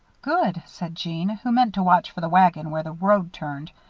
good, said jeanne, who meant to watch for the wagon where the road turned.